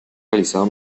realizado